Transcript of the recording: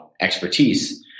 expertise